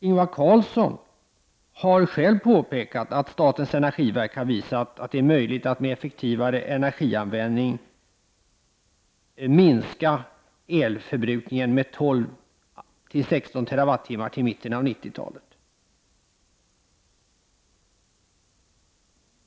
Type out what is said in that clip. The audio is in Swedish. Ingvar Carlsson har själv påpekat att statens energiverk har visat att det är möjligt att med effektivare energianvändning minska elförbrukningen med 12 till 16 TWh till mitten av 90-talet.